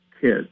kids